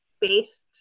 based